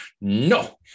no